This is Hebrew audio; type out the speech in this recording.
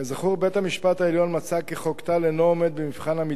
בית-המשפט העליון מצא כי חוק טל אינו עומד במבחן המידתיות